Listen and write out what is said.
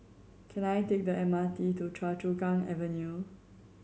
can I take the M R T to Choa Chu Kang Avenue